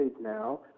now